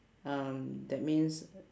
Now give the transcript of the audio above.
um that means